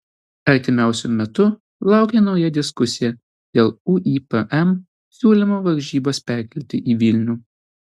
artimiausiu metu laukia nauja diskusija dėl uipm siūlymo varžybas perkelti į vilnių